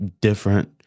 Different